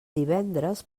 divendres